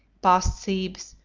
past thebes,